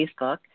Facebook